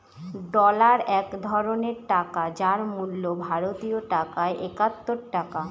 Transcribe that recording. dollar এক ধরনের টাকা যার মূল্য ভারতীয় টাকায় একাত্তর টাকা